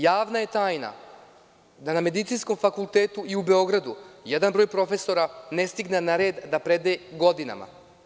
Javna je tajna da na Medicinskom fakultetu i u Beogradu jedan broj profesora ne stigne na red da predaje godinama.